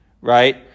right